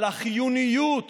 על החיוניות